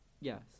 Yes